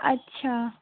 अच्छा